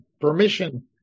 permission